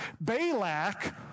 Balak